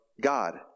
God